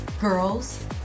Girls